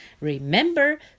Remember